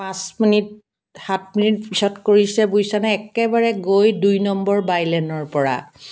পাঁচ মিনিট সাত মিনিট পিছত কৰিছে বুজিছা নে একেবাৰে গৈ দুই নম্বৰ বাইলেনৰ পৰা